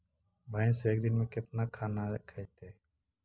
भैंस एक दिन में केतना खाना खैतई?